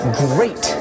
great